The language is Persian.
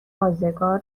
ازگار